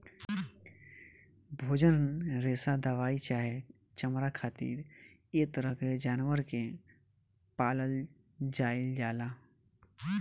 भोजन, रेशा दवाई चाहे चमड़ा खातिर ऐ तरह के जानवर के पालल जाइल जाला